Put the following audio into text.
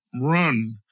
run